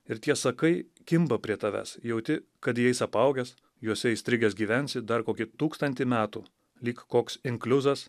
ir tie sakai kimba prie tavęs jauti kad jais apaugęs juose įstrigęs gyvensi dar kokį tūkstantį metų lyg koks inkliuzas